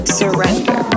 surrender